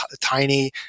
tiny